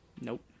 Nope